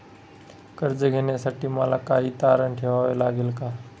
कर्ज घेण्यासाठी मला काही तारण ठेवावे लागेल का?